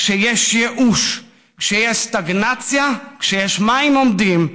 כשיש ייאוש, כשיש סטגנציה, כשיש מים עומדים,